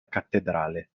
cattedrale